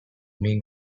main